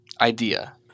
idea